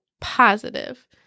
positive